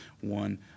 one